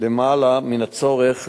למעלה מן הצורך,